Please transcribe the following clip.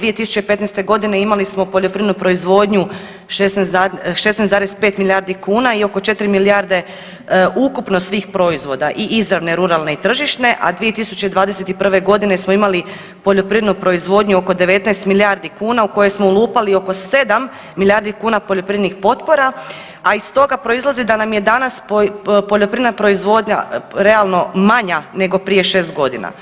2015. godine imali smo poljoprivrednu proizvodnju 16,5 milijardi kuna i oko 4 milijarde ukupno svih proizvoda i izravne i ruralne i tržišne, a 2021. godine smo imali poljoprivrednu proizvodnju oko 19 milijardi kuna u koje smo ulupali oko 7 milijardi kuna poljoprivrednih potpora, a iz toga proizlazi da nam je danas poljoprivredna proizvodnja realno manja nego prije 6 godina.